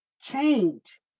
change